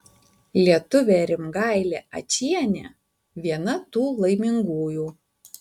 lietuvė rimgailė ačienė viena tų laimingųjų